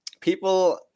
People